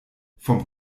vom